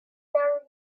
their